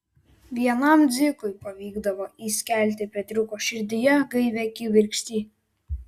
vienam dzikui pavykdavo įskelti petriuko širdyje gaivią kibirkštį